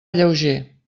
lleuger